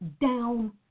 down